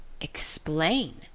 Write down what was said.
Explain